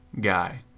guy